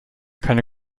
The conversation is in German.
keine